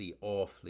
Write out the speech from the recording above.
awfully